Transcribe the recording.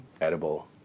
Edible